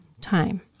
time